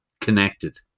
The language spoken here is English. connected